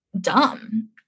dumb